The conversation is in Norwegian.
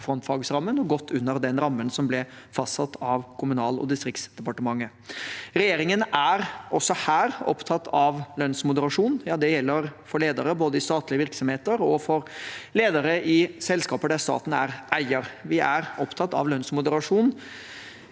og godt under den rammen som ble fastsatt av Kommunal- og distriktsdepartementet. Regjeringen er også her opptatt av lønnsmoderasjon. Ja, det gjelder for ledere både i statlige virksomheter og i selskaper der staten er eier. Vi er opptatt av lønnsmoderasjon